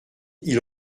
ils